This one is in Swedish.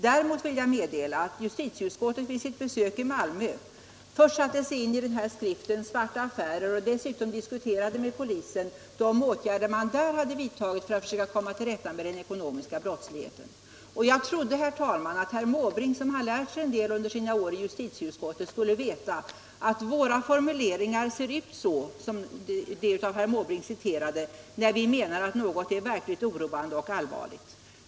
Däremot vill jag meddela att justitieutskottet inför sitt besök i Malmö dels satte sig in i skriften ”Svarta affärer”, dels diskuterade med polisen de åtgärder man där hade vidtagit för att söka komma till rätta med den ekonomiska brottsligheten. Jag trodde också, herr talman, att herr Måbrink som har lärt sig en del under sina år i justitieutskottet skulle veta att våra formuleringar ser ut så som de herr Måbrink citerade när vi menar att något är verkligt oroande och allvarligt.